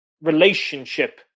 relationship